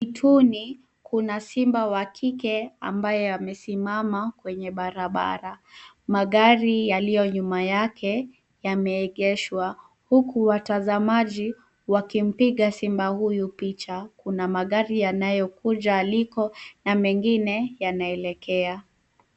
Mwituni kuna simba wa kike ambaye amesimama kwenye barabara. Magari yaliyo nyuma yake yameegeshwa, huku watazamaji wakimpiga simba huyu picha. Kuna magari yanayokuja aliko na mengine yanaelekea.